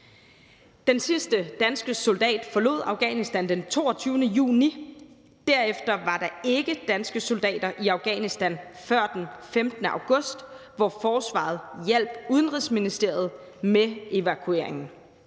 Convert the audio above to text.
Den sidste danske soldat forlod Afghanistan den 22. juni. Derefter var der ikke danske soldater i Afghanistan før den 15. august, hvor forsvaret hjalp Udenrigsministeriet med evakueringen.